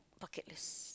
bucket list